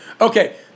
Okay